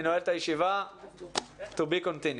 אני נועל את הישיבה, to be continued.